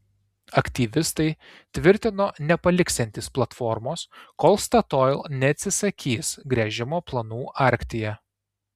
aktyvistai tvirtino nepaliksiantys platformos kol statoil neatsisakys gręžimo planų arktyje